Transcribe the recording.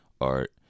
art